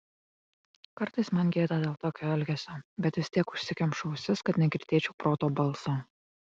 kartais man gėda dėl tokio elgesio bet vis tiek užsikemšu ausis kad negirdėčiau proto balso